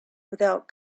without